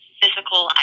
physical